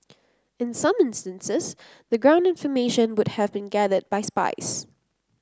in some instances the ground information would have been gathered by spies